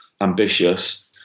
ambitious